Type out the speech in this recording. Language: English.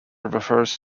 refers